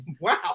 Wow